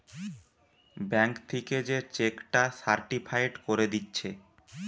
bank থিকে যে cheque টা সার্টিফায়েড কোরে দিচ্ছে